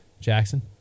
Jackson